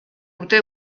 urte